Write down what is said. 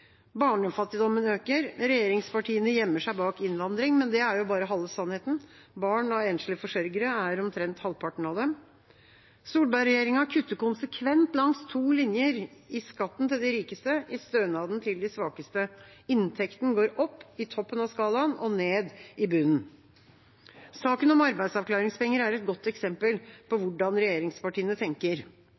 Barnefattigdommen øker. Regjeringspartiene gjemmer seg bak innvandring, men det er bare halve sannheten. Barn av enslige forsørgere er omtrent halvparten av dem. Solberg-regjeringa kutter konsekvent langs to linjer – i skatten til de rikeste, i stønaden til de svakeste. Inntekten går opp i toppen av skalaen og ned i bunnen. Saken om arbeidsavklaringspenger er et godt eksempel på hvordan regjeringspartiene tenker.